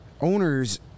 owners